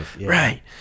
Right